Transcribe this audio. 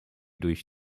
durch